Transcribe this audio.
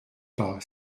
pas